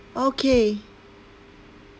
okay